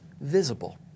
visible